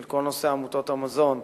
של כל נושא עמותות המזון.